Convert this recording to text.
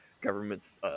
government's